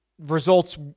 results